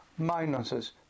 minuses